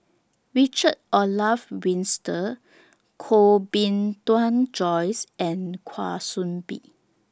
Richard Olaf Winstedt Koh Bee Tuan Joyce and Kwa Soon Bee